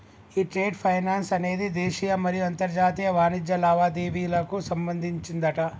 ఈ trade finance అనేది దేశీయ మరియు అంతర్జాతీయ వాణిజ్య లావాదేవీలకు సంబంధించిందట